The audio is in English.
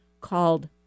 called